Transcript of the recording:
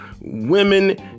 women